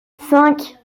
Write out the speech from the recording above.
cinq